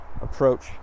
approach